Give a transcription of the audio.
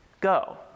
go